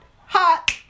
hot